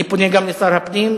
אני פונה גם לשר הפנים,